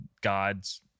God's